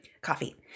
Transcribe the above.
coffee